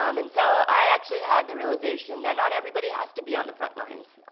um and so i actually had the realization that not everybody has to be on the front lines,